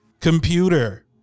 computer